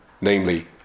Namely